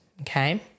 okay